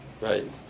Right